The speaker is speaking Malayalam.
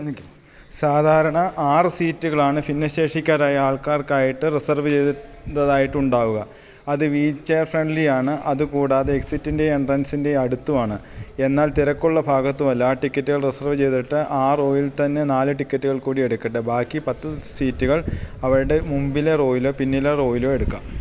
സാധാരണ ആറ് സീറ്റുകളാണ് ഭിന്നശേഷിക്കാരായ ആൾക്കാർക്കായിട്ട് റിസർവ് ചെയ്തതായിട്ടുണ്ടാവുക അത് വീൽ ചെയർ ഫ്രണ്ട്ലി ആണ് അത് കൂടാതെ എക്സിറ്റിൻ്റെയും എൻട്രൻസിൻ്റെയും അടുത്തുമാണ് എന്നാൽ തിരക്കുള്ള ഭാഗത്തുമല്ല ആ ടിക്കറ്റുകള് റിസർവ് ചെയ്തിട്ട് ആ റോവിൽ തന്നെ നാല് ടിക്കെറ്റുകൾ കൂടിയെടുക്കട്ടെ ബാക്കി പത്ത് സീറ്റുകൾ അവയുടെ മുൻപിലെ റോയിലോ പിന്നിലെ റോയിലോ എടുക്കാം